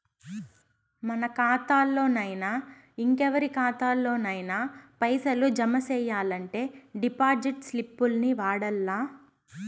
మన కాతాల్లోనయినా, ఇంకెవరి కాతాల్లోనయినా పైసలు జమ సెయ్యాలంటే డిపాజిట్ స్లిప్పుల్ని వాడల్ల